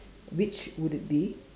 which would it be